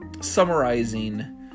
summarizing